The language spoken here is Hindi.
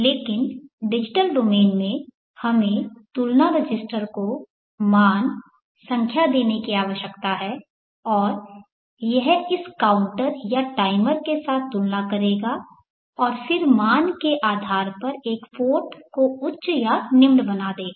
लेकिन डिजिटल डोमेन में हमें तुलना रजिस्टर को मान संख्या देने की आवश्यकता है और यह इस काउंटर या टाइमर के साथ तुलना करेगा और फिर मान के आधार पर एक पोर्ट को उच्च या निम्न बना देगा